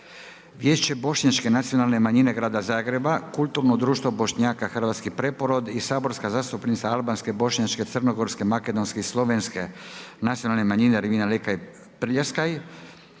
Vijeće Bošnjačke nacionalne manjine grada Zagreba, Kulturno društvo Bošnjaka, Hrvatski preporod i saborska zastupnica albanske, bošnjačke, crnogorske, makedonske i slovenske nacionalne manjine Ermina Lekaj Prljeskaj